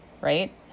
right